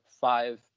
five